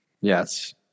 yes